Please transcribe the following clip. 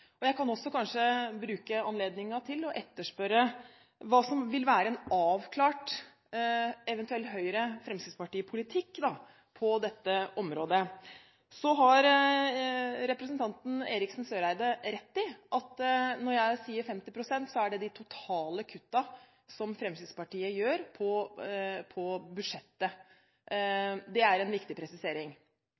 og jeg kan også kanskje bruke anledningen til å etterspørre hva som vil være en avklart, eventuell Høyre–Fremskrittsparti-politikk på dette området. Representanten Eriksen Søreide har rett i at når jeg sier 50 pst., så er det de totale kuttene Fremskrittspartiet gjør i budsjettet. Det er en viktig presisering.